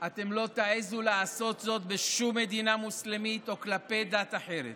אתם לא תעזו לעשות זאת בשום מדינה מוסלמית או כלפי כל דת אחרת.